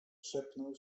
szepnął